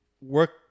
work